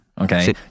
Okay